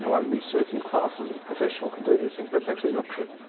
only certain classes of professional can do these things. that's actually not true.